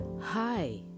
Hi